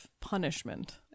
punishment